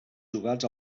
jugats